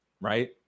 right